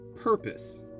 purpose